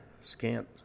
scant